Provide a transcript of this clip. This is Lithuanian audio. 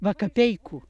va kapeikų